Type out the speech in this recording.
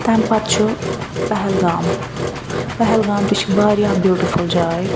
تَمہِ پتہٕ چھُ پہلگام پہلگام تہِ چھِ واریاہ بیٛوٹِفٕل جاے